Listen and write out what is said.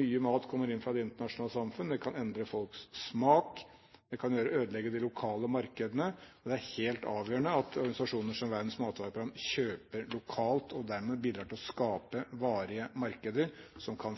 mye mat kommer inn fra det internasjonale samfunn. Det kan endre folks smak, det kan ødelegge de lokale markedene. Det er helt avgjørende at organisasjoner som Verdens matvareprogram kjøper lokalt og dermed bidrar til å skape varige markeder som kan